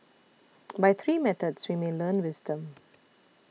by three methods we may learn wisdom